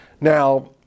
Now